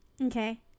Okay